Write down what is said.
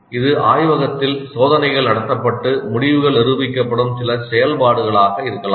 இது ஆய்வகத்தில் சோதனைகள் நடத்தப்பட்டு முடிவுகள் நிரூபிக்கப்படும் சில செயல்பாடுகளாக இருக்கலாம்